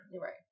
Right